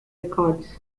records